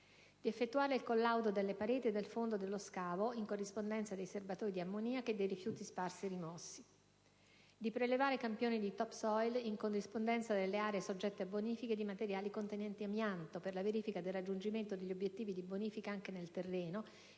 di effettuare il collaudo delle pareti e del fondo dello scavo in corrispondenza dei serbatoi di ammoniaca e dei rifiuti sparsi rimossi; di prelevare campioni di *top soil* in corrispondenza delle aree soggette a bonifica di materiali contenenti amianto per la verifica del raggiungimento degli obiettivi di bonifica anche nel terreno,